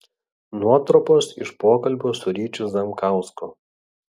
nuotrupos iš pokalbio su ryčiu zemkausku